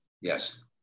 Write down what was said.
Yes